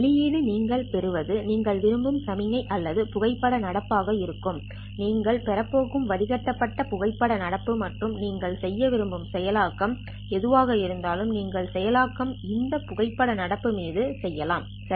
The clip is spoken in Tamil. வெளியீடு ல நீங்கள் பெறுவது நீங்கள் விரும்பும் சமிக்ஞை அல்லது புகைப்பட நடப்பு ஆக இருக்கும் நீங்கள் பெறப்போகும் வடிகட்டப்பட்ட புகைப்பட நடப்பு மற்றும் நீங்கள் செய்ய விரும்பும் செயலாக்கம் எதுவாக இருந்தாலும் நீங்கள் செயலாக்கம் இந்த புகைப்பட நடப்பு மீது செய்யலாம் சரி